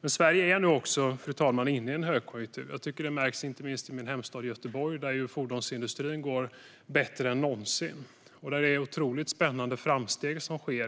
Men Sverige är nu också, fru talman, inne i en högkonjunktur. Jag tycker att det märks, inte minst i min hemstad Göteborg, där fordonsindustrin går bättre än någonsin. Där sker otroligt spännande framsteg